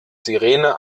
sirene